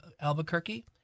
Albuquerque